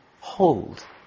hold